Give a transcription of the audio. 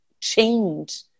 change